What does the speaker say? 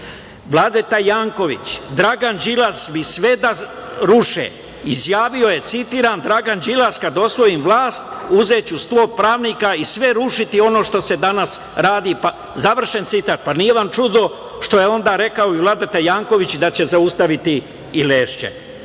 Vladeta Janković, Dragan Đilas bi sve da ruše. Izjavio je, citiram, Dragan Đilas: „Kad osvojim vlast, uzeću sto pravnika i sve rušiti ono što se danas radi“, završen citat. Pa nije vam čudo što je onda rekao i Vladeta Janković da će zaustaviti i